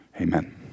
amen